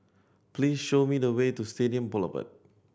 please show me the way to Stadium Boulevard